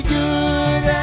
good